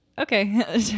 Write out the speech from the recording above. okay